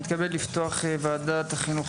אני מתכבד לפתוח את ועדת החינוך,